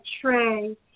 tray